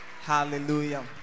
Hallelujah